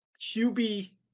QB